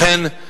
לכן,